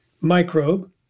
microbe